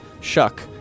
Shuck